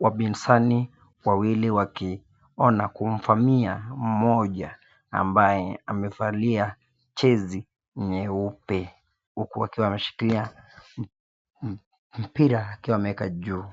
wabinsani wawili wakiona kumvamia mmoja ambaye amevalia jezi nyeupe, huku wakiwa wameshilikilia mpira akiwa ameweka juu.